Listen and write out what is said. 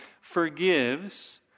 forgives